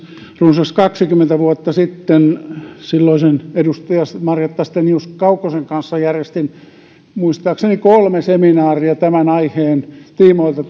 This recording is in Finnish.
runsas kaksikymmentä vuotta sitten silloisen edustaja marjatta stenius kaukosen kanssa järjestin muistaakseni kolme seminaaria tämän aiheen tiimoilta